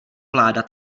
vláda